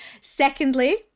Secondly